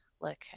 look